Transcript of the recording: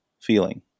feeling